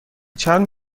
چند